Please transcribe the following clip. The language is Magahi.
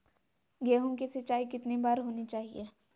गेहु की सिंचाई कितनी बार होनी चाहिए?